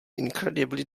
incredibly